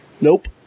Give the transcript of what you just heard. Nope